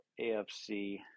AFC